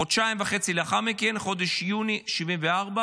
חודשיים וחצי לאחר מכן, חודש יוני 1974,